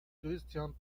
christian